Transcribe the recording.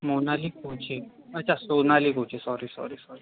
मोनाली खोचे अच्छा Sonali Khoche sorry sorry sorry sorry